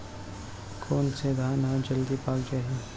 कोन से धान ह जलदी पाक जाही?